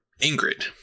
Ingrid